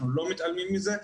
אנחנו לא מתעלמים מזה,